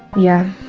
yeah,